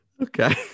Okay